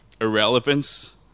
irrelevance